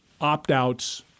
opt-outs